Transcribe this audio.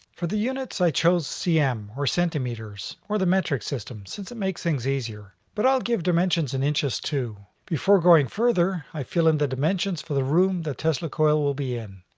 for the units i chose cm, or centimeters, or the metric system since it makes things easier. but i'll give dimenstions in inches too. before going further, i fill in the dimensions for the room the tesla coil will be in.